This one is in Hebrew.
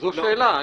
זו שאלה.